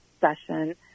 session –